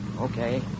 Okay